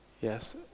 Yes